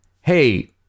Hey